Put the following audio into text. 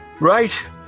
right